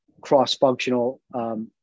cross-functional